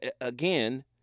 Again